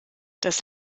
das